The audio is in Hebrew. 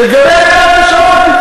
לגבי כל לגבי כל ממשלה,